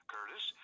Curtis